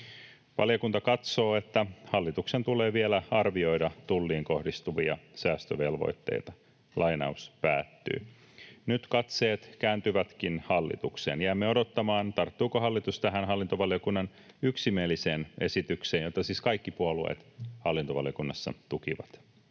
”Valiokunta katsoo, että hallituksen tulee vielä arvioida Tulliin kohdistuvia säästövelvoitteita.” Nyt katseet kääntyvätkin hallitukseen. Jäämme odottamaan, tarttuuko hallitus tähän hallintovaliokunnan yksimieliseen esitykseen, jota siis kaikki puolueet hallintovaliokunnassa tukivat.